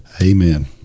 Amen